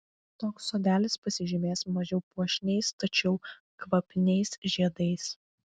toks sodelis pasižymės mažiau puošniais tačiau kvapniais žiedais